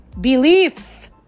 beliefs